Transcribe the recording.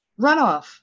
runoff